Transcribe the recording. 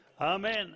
amen